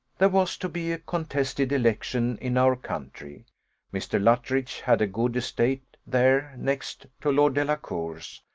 there was to be a contested election in our country mr. luttridge had a good estate there next to lord delacour's,